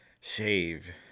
shave